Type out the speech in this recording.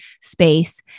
space